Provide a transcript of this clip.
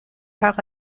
par